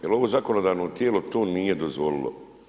Jer ovo zakonodavno tijelo to nije dozvolilo.